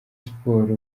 sports